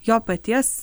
jo paties